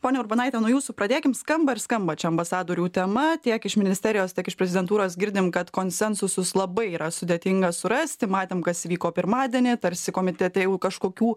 ponia urbonaite nuo jūsų pradėkim skamba ir skamba čia ambasadorių tema tiek iš ministerijos tiek iš prezidentūros girdim kad konsensusus labai yra sudėtinga surasti ir matėm kas įvyko pirmadienį tarsi komitete jeigu kažkokių